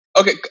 Okay